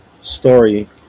story